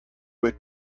would